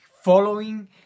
following